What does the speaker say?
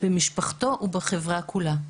במשפחתו ובחברה כולה.